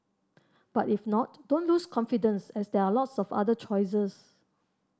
but if not don't lose confidence as there are lots of other choices